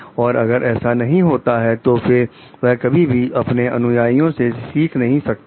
और अगर ऐसा नहीं होता है तो फिर वह कभी भी अपने अनुयायियों से सीख नहीं सकते हैं